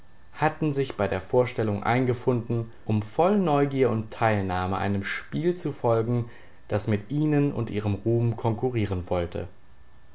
hatten sich bei der vorstellung eingefunden um voll neugier und teilnahme einem spiel zu folgen das mit ihnen und ihrem ruhm konkurrieren wollte